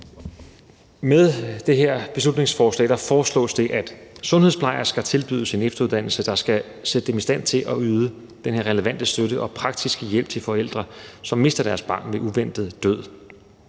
Med det her beslutningsforslag foreslås det, at sundhedsplejersker tilbydes en efteruddannelse, der skal sætte dem i stand til at yde den her relevante støtte og praktiske hjælp til forældre, som mister deres barn ved uventet død,